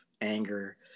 anger